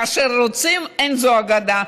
כאשר רוצים, אין זו אגדה.